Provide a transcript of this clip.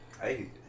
Hey